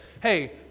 hey